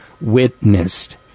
witnessed